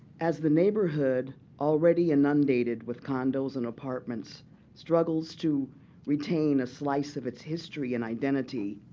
as the neighborhood already inundated with condos and apartments struggles to retain a slice of its history and identity,